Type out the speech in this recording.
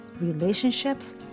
relationships